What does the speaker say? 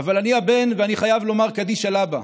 אבל אני הבן ואני חייב לומר קדיש על אבא.